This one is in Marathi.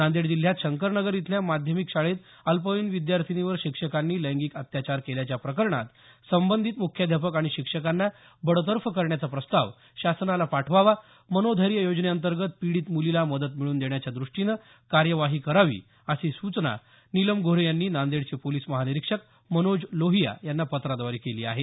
नांदेड जिल्ह्यात शंकरनगर इथल्या माध्यमिक शाळेत अल्पवयीन विद्यार्थिनीवर शिक्षकांनी लैंगिक अत्याचार केल्याच्या प्रकरणात संबंधित मुख्याध्यापक आणि शिक्षकांना बडतर्फ करण्याचा प्रस्ताव शासनाला पाठवावा मनोधैर्य योजनेतंर्गत पीडीत मुलीला मदत मिळवून देण्याच्या दृष्टीनं कार्यवाही करावी अशी सूचना नीलम गोऱ्हे यांनी नांदेडचे पोलीस महानिरिक्षक मनोज लोहिया यांना पत्राद्वारे केली आहे